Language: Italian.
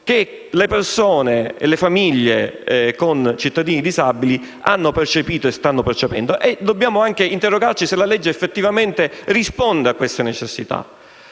che le persone e le famiglie con cittadini disabili hanno percepito e stanno percependo. Dobbiamo anche interrogarci se la legge effettivamente risponda a queste necessità.